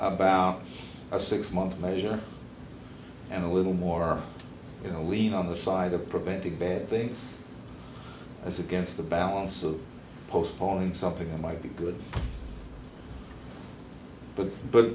about a six month measure and a little more lean on the side of preventing bad things as against the balance of postponing something that might be good but but